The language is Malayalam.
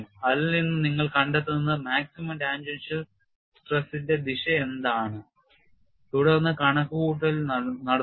അതിൽ നിന്ന് നിങ്ങൾ കണ്ടെത്തുന്നത് maximum ടാൻജൻഷ്യൽ സ്ട്രെസിന്റെ ദിശ എന്താണ് തുടർന്ന് കണക്കുകൂട്ടൽ നടത്തുക